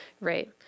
Right